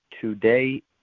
Today